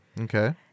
Okay